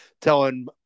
telling